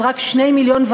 אז רק 2.5 מיליון,